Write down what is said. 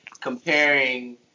comparing